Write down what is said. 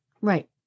Right